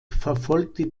verfolgte